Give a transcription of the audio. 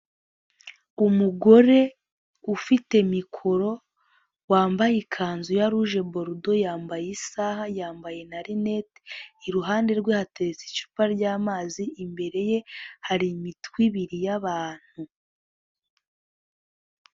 Umugore ufite mikoro wambaye ikanzu ya ruje borudo yambaye isaha yambaye na rinete, iruhande rwe hateretse icupa ry'amazi imbere ye hari imitwe ibiri y'abantu.